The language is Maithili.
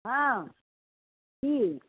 हँ की